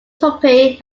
tuppy